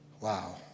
Wow